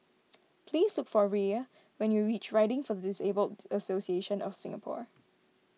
please look for Rhea when you reach Riding for the Disabled Association of Singapore